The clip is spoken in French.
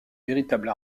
véritable